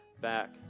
back